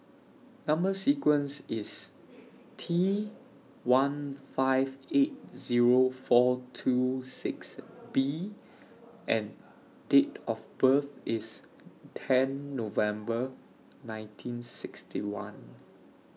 Number sequence IS T one five eight Zero four two six B and Date of birth IS ten November nineteen sixty one